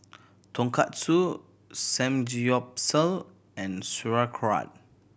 Tonkatsu Samgyeopsal and Sauerkraut